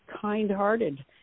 kind-hearted